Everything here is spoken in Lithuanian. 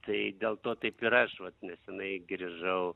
tai dėl to taip yra aš vat nesenai grįžau